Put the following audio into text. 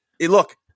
look